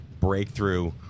breakthrough